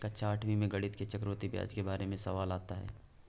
कक्षा आठवीं में गणित में चक्रवर्ती ब्याज के बारे में सवाल आता है